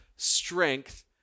Strength